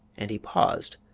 and he paused,